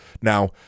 Now